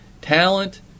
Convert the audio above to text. talent